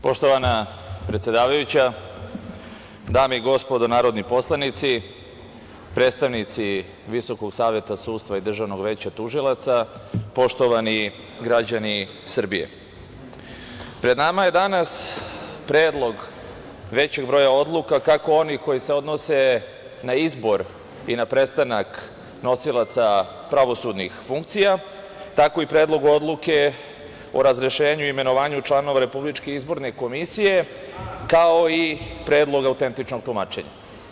Poštovana predsedavajuća, dame i gospodo narodni poslanici, predstavnici VSS i Državnog veća tužilaca, poštovani građani Srbije, pred nama je danas predlog većeg broja odluka, kako onih koje se odnose na izbor i na prestanak nosilaca pravosudnih funkcija, tako i Predlog odluke o razrešenju i imenovanju članova RIK, kao i predlog autentičnog tumačenja.